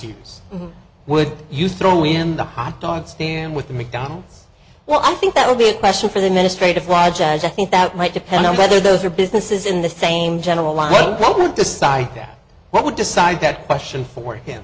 users would you throw in the hot dog stand with mcdonald's well i think that would be a question for the ministry to watch as i think that might depend on whether those are businesses in the same general i'll decide that what would decide that question for him